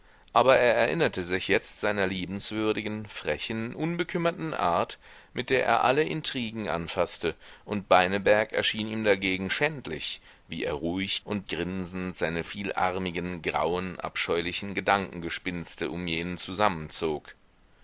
aber er erinnerte sich jetzt seiner liebenswürdigen frechen unbekümmerten art mit der er alle intrigen anfaßte und beineberg erschien ihm dagegen schändlich wie er ruhig und grinsend seine vielarmigen grauen abscheulichen gedankengespinste um jenen